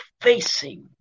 facing